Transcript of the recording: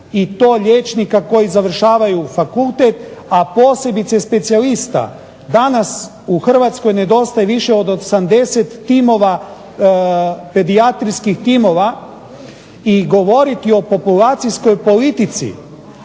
i to liječnika koji završavaju fakultet, a posebice specijalista. Danas u Hrvatskoj nedostaje više od 80 timova pedijatrijskih timova i govoriti o populacijskoj politici,